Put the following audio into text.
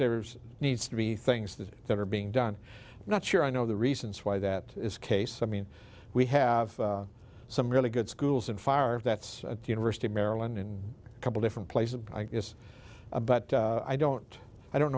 there's needs to be things that that are being done not sure i know the reasons why that is case i mean we have some really good schools and fire that's at the university of maryland in a couple different places i guess a but i don't i don't